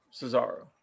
Cesaro